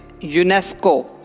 UNESCO